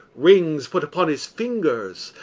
rings put upon his fingers,